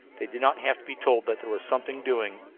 they did not have to be told that there was something doing.